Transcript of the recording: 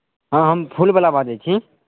हँ हम फूलवला बाजै छी